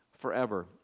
forever